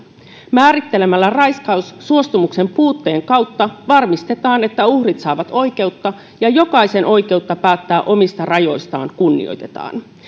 määrittelemällä raiskaus suostumuksen puutteen kautta varmistetaan että uhrit saavat oikeutta ja jokaisen oikeutta päättää omista rajoistaan kunnioitetaan